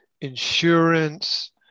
insurance